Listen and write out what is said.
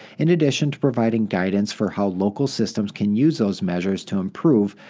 in addition to providing guidance for how local systems can use those measures to improve,